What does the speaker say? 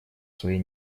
своей